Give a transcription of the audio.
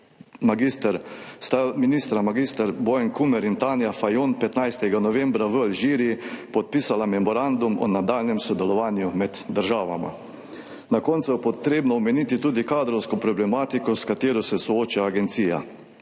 tega sta ministra mag. Bojan Kumer in Tanja Fajon 15. novembra v Alžiriji podpisala memorandum o nadaljnjem sodelovanju med državama. Na koncu je treba omeniti tudi kadrovsko problematiko, s katero se sooča agencija.